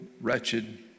wretched